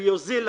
ויוזיל.